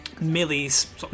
Millie's